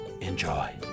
Enjoy